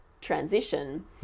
transition